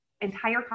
entire